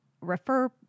refer